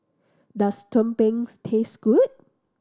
does tumpengs taste good